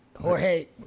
Jorge